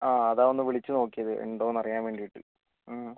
ആ അതാ ഒന്നു വിളിച്ചുനോക്കിയത് ഉണ്ടോന്നറിയാൻ വേണ്ടീട്ട്